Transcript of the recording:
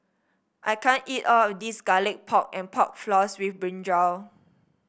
I can't eat all of this Garlic Pork and Pork Floss with brinjal